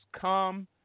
come